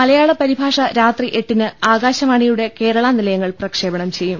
മലയാള പരിഭാഷ രാത്രി എട്ടിന് ആകാശവാ ണിയുടെ കേരള നിലയങ്ങൾ പ്രക്ഷേപണം ചെയ്യും